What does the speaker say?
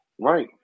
right